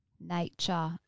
nature